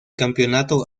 campeonato